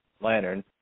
Lantern